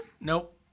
Nope